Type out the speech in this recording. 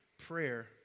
prayer